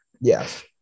Yes